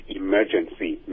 emergency